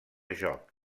joc